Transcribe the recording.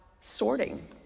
sorting